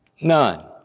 None